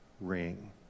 ring